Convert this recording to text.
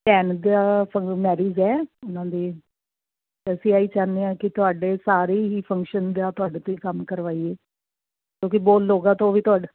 ਭੈਣ ਦਾ ਮੈਰਿਜ ਹੈ ਉਹਨਾਂ ਦੇ ਅਸੀਂ ਆਹੀ ਚਾਨੇ ਆ ਕਿ ਸਾਡੇ ਸਾਰੇ ਹੀ ਫੰਕਸ਼ਨ ਆ ਤੁਹਾਡੇ ਤੋਂ ਕੰਮ ਕਰਵਾਈਏ ਕਿਉਂਕਿ ਬੋਲ ਲੋਗਾ ਤਾਂ ਉਹ ਵੀ ਤੁਹਾਡ